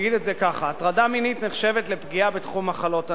הטרדה מינית נחשבת לפגיעה בתחום מחלות הנפש.